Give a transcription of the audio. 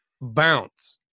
bounce